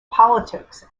politics